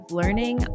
learning